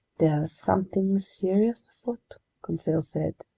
there's something serious afoot, conseil said,